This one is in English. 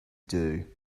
due